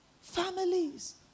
Families